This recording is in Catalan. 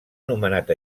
nomenat